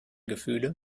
gefühle